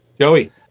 Joey